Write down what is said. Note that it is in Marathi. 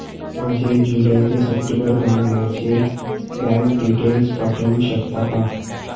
माझे जुलै ते सप्टेंबर महिन्याचे बँक डिटेल्स पाठवू शकता का?